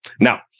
Now